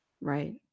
Right